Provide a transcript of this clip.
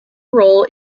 role